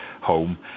home